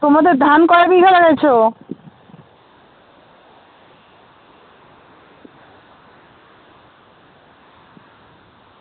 তোমাদের ধান কয় বিঘা লাগিয়েছ